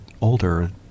older